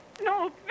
No